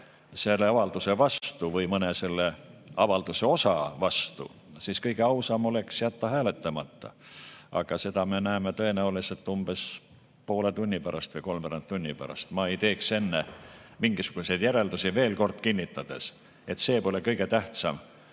selle avalduse vastu või mõne selle avalduse osa vastu, siis kõige ausam oleks jätta hääletamata. Aga seda me näeme tõenäoliselt umbes poole tunni pärast või kolmveerand tunni pärast. Ma ei teeks enne mingisuguseid järeldusi, veel kord kinnitades, et mitte see pole kõige tähtsam,